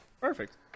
perfect